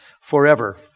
forever